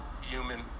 human